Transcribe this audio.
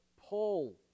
Paul